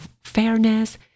fairness